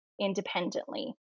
independently